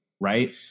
Right